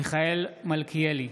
מיכאל מלכיאלי,